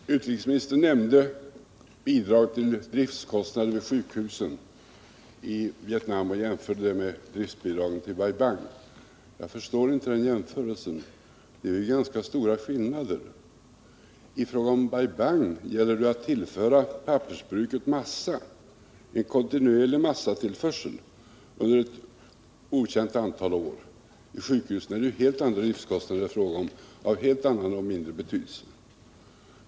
Herr talman! Utrikesministern nämnde bidrag till driftkostnader vid sjukhusen i Vietnam och jämförde det med driftbidragen till Bai Bang. Jag förstår inte den jämförelsen, det är ganska stora skillnader. I fråga om Bai Bang gäller det en kontinuerlig massatillförsel till pappersbruket under ett okänt antal år. Vid sjukhusen är det fråga om helt andra driftkostnader, av helt annan och mindre betydelse.